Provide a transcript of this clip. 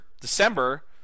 December